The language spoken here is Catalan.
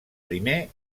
primer